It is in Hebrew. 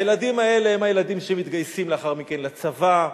הילדים האלה הם הילדים שמתגייסים לאחר מכן לצבא,